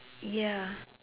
ya